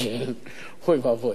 אוי ואבוי.